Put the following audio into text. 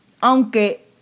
aunque